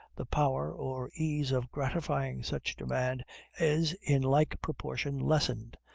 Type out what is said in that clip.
the power or ease of gratifying such demand is in like proportion lessened.